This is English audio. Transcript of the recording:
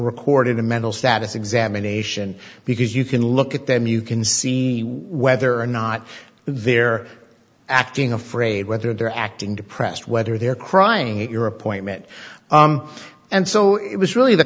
record in a mental status examination because you can look at them you can see whether or not they're acting afraid whether they're acting depressed whether they're crying at your appointment and so it was really the